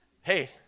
Hey